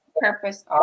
Purpose